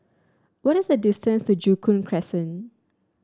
what is the distance to Joo Koon Crescent